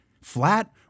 flat